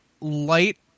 light